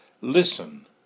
Listen